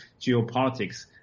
geopolitics